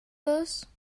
those